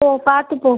போ பார்த்து போ